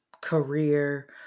career